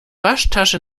waschtasche